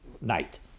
night